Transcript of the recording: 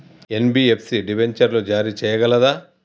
NBFC డిబెంచర్లు జారీ చేయగలదా?